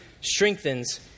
strengthens